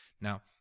Now